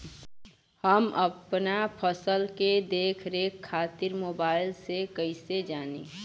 हम अपना फसल के देख रेख खातिर मोबाइल से कइसे जानी?